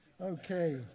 Okay